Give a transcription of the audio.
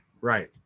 right